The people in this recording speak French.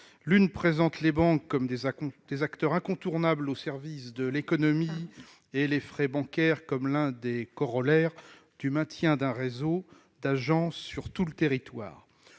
L'une présente les banques comme des acteurs incontournables au service de l'économie et les frais bancaires comme l'un des corollaires du maintien d'un réseau d'agences sur tout le territoire.